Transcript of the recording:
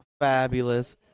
fabulous